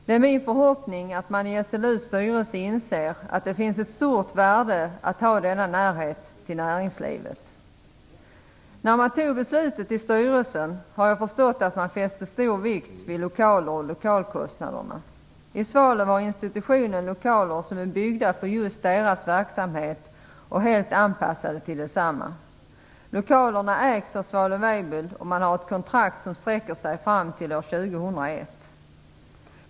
Det är min förhoppning att man i SLU:s styrelse inser att det är av stort värde att ha denna närhet till näringslivet. När man fattade beslutet i styrelsen har jag förstått att man fäste stor vikt vid lokaler och lokalkostnader. I Svalöv har institutionen lokaler som är byggda för just dess verksamhet och helt anpassade till densamma. Lokalerna ägs av Svalöf Weibull, och man har ett kontrakt som sträcker sig fram till år 2001.